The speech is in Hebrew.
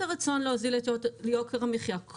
להוזיל את יוקר המחיה,